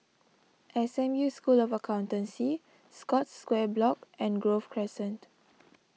S M U School of Accountancy Scotts Square Block and Grove Crescent